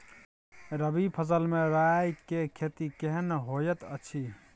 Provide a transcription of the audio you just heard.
रबी फसल मे राई के खेती केहन होयत अछि?